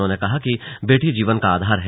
उन्होंने कहा कि बेटी जीवन का आधार है